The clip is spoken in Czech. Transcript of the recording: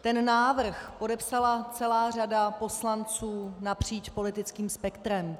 Ten návrh podepsala celá řada poslanců napříč politickým spektrem.